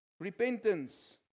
Repentance